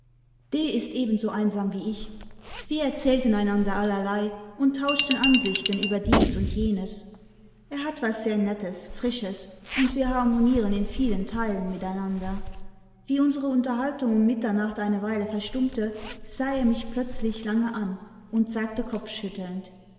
d ist ebenso einsam wie ich wir erzählten einander allerlei und tauschten ansichten über dies und jenes er hat was sehr nettes frisches imd wir hamxmieren in vielen teilen miteinander wie unsere unterhaltung um mittemacht ne weile verstummte sah er mich plötzlich lange an imd sagte kopfschüttelnd